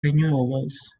renewables